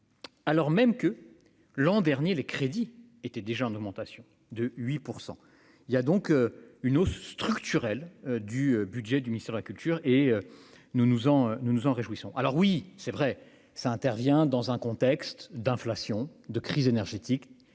Alors même que l'an dernier les crédits était déjà en augmentation de 8 % il y a donc une hausse structurelle du budget du ministère de la culture, et nous nous en nous nous en réjouissons, alors oui c'est vrai ça intervient dans un contexte d'inflation de crise énergétique